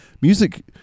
Music